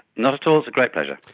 not at all, it's a great pleasure.